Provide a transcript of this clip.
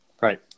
Right